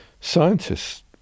Scientists